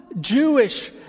Jewish